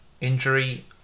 injury